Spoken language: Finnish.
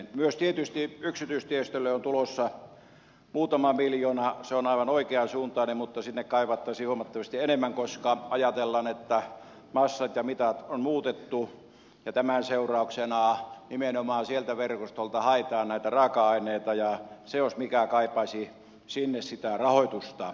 myös tietysti yksityistiestölle on tulossa muutama miljoona se on aivan oikeansuuntainen mutta sinne kaivattaisiin huomattavasti enemmän koska ajatellaan että massat ja mitat on muutettu ja tämän seurauksena nimenomaan sieltä verkostolta haetaan näitä raaka aineita ja se jos mikä kaipaisi sinne sitä rahoitusta